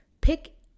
pick